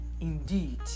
indeed